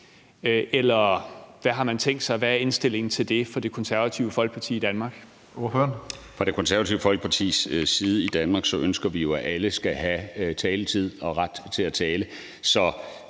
eller hvad har man tænkt sig? Hvad er indstillingen til det fra Det Konservative Folkeparti i Danmark?